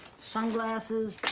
sunglasses.